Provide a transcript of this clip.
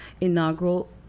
inaugural